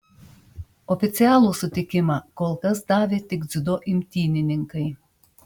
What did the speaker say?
oficialų sutikimą kol kas davė tik dziudo imtynininkai